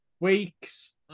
weeks